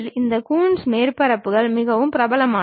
இந்த கூன்ஸ் மேற்பரப்புகள் மிகவும் பிரபலமானவை